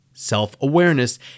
Self-awareness